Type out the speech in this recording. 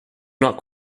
not